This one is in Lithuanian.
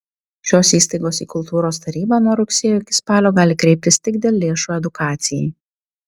šios įstaigos į kultūros tarybą nuo rugsėjo iki spalio gali kreiptis tik dėl lėšų edukacijai